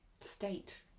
state